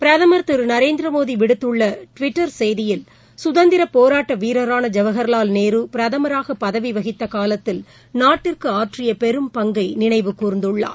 பிரதமர் திருநரேந்திரமோடிவிடுத்துள்ளதமதுடுவிட்டர் செய்தியில் சுதந்திரப் போராட்டவீரரான ஜவஹர்லால் நேருபிரதமராகபதவிவகித்தகாலத்தில் நாட்டிற்குஆற்றியபெரும்பங்கை நினைவுகூர்ந்துள்ளார்